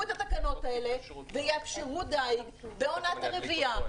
את התקנות האלה ויאפשרו דייג בעונת הרבייה.